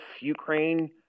ukraine